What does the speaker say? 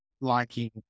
liking